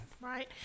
Right